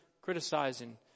criticizing